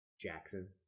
Jackson